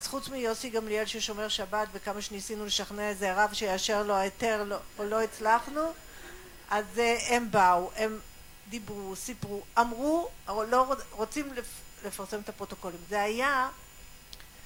חוץ מיוסי גם ליאל ששומר שבת וכמה שניסינו לשכנע איזה רב שיאשר לו היתר לא הצלחנו אז הם באו הם דיברו סיפרו אמרו לא רוצים לפרסם את הפרוטוקולים זה היה